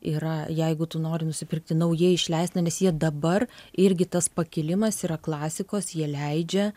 yra jeigu tu nori nusipirkti naujai išleistą nes jie dabar irgi tas pakilimas yra klasikos jie leidžia